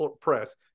press